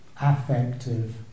affective